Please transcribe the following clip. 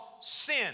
sin